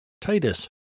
Titus